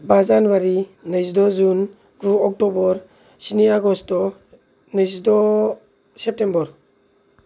बा जानुवारी नैजिद' जुन गु अक्टबर स्नि आगस्त नैजिद' सेप्तेम्बर